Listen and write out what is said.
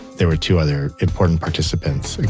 there were two other important participants,